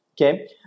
okay